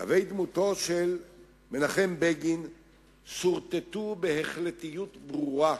קווי דמותו של מנחם בגין סורטטו בהחלטיות ברורה,